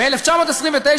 ב-1929,